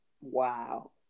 wow